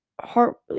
heart